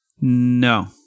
No